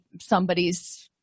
somebody's